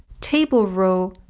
table row,